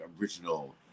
original